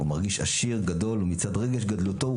הוא מרגיש עשיר גדול ומצד רגש גדלותו,